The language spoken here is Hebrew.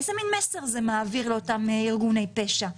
איזה מסר זה מעביר לאותם ארגוני פשע?